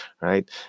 right